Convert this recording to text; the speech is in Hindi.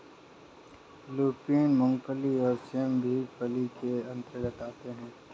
लूपिन, मूंगफली और सेम भी फली के अंतर्गत आते हैं